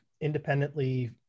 independently